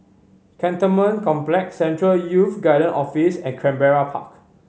Cantonment Complex Central Youth Guidance Office and Canberra Park